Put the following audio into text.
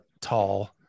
tall